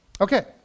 Okay